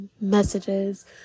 messages